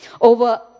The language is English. over